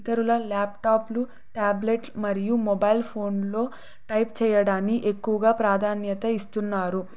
ఇతరుల ల్యాప్టాప్లు ట్యాబ్లెట్ మరియు మొబైల్ ఫోన్లో టైప్ చేయడానికి ఎక్కువగా ప్రాధాన్యత ఇస్తున్నారు